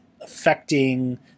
affecting